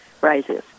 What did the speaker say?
rises